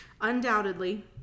Undoubtedly